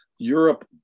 Europe